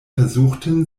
versuchten